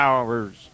Powers